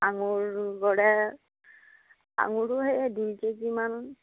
আঙুৰ গড়ে আঙুৰো সেই দুই কেজিমান